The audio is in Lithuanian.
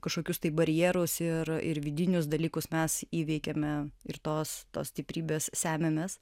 kažkokius barjerus ir ir vidinius dalykus mes įveikiame ir tos tos stiprybės semiamės